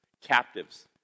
Captives